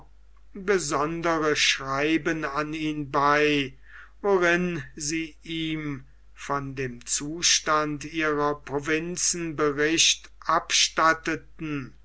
besondere schreiben an ihn bei worin sie ihm von dem zustande ihrer provinzen bericht abstatteten